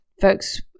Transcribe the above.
folks